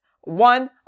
one